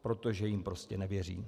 Protože jim prostě nevěří.